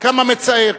כמה מצער.